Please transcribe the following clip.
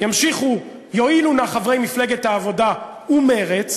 ימשיכו, יואילו נא חברי מפלגת העבודה ומרצ,